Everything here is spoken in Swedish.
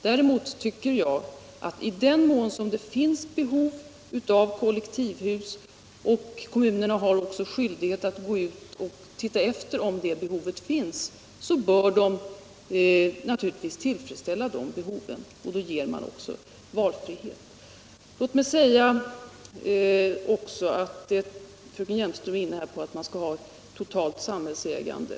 Däremot tycker jag att i den mån som det finns behov av kollektivhus — kommunerna har skyldighet att undersöka det — bör de behoven naturligtvis tillfredsställas. Då ger man också valfrihet. Fröken Hjelmström är inne på att man skall ha ett totalt samhällsägande.